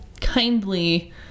kindly